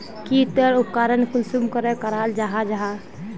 की टेर उपकरण कुंसम करे कराल जाहा जाहा?